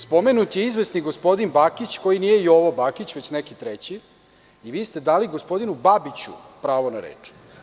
Spomenut je izvesni gospodin Bakić, koji nije Jovo Bakić, već neki treći i vi ste dali gospodinu Babiću pravo na reč.